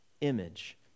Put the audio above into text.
image